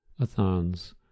Athans